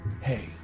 Hey